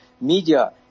media